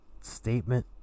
statement